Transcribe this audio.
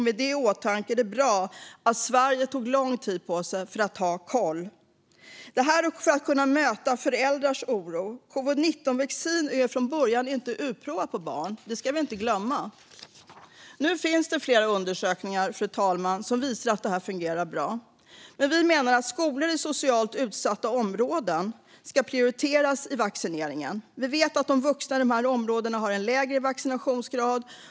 Med det i åtanke är det bra att Sverige tog lång tid på sig för att ha koll och för att kunna möta föräldrars oro. Covid-19-vaccin är inte från början utprovat på barn. Det ska vi inte glömma. Nu finns det flera undersökningar, fru talman, som visar att det fungerar bra. Vi menar att skolor i socialt utsatta områden ska prioriteras i vaccineringen. Vi vet att de vuxna i de områdena har en lägre vaccinationsgrad.